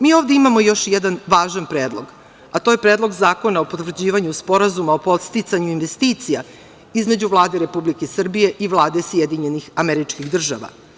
Mi ovde imamo još jedan važan predlog, a to je Predlog zakona o potvrđivanju Sporazuma o podsticanju investicija između Vlade Republike Srbije i Vlade SAD.